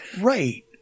right